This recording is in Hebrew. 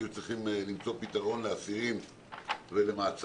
היינו צריכים למצוא פתרון לאסירים ולעצורים